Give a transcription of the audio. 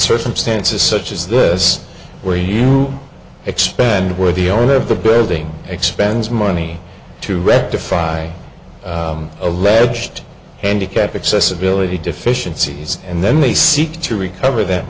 certain stances such as this where you expand where the owner of the building expands money to rectify alleged handicap accessibility deficiencies and then they seek to recover that